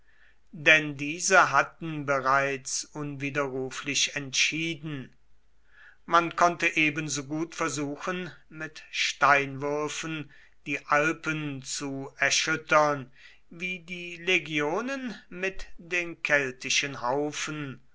denn diese hatten bereits unwiderruflich entschieden man konnte ebensogut versuchen mit steinwürfen die alpen zu erschüttern wie die legionen mit den keltischen haufen